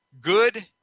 good